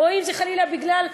או אם חלילה בגלל,